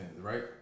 right